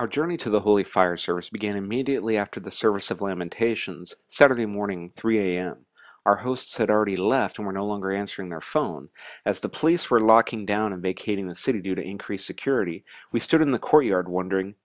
our journey to the holy fire service began immediately after the service of lamentations saturday morning three a m our hosts had already left and were no longer answering their phone as the police were locking down to make a ding the city due to increased security we stood in the courtyard wondering